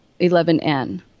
11N